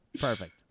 perfect